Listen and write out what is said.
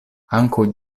ankaŭ